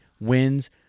wins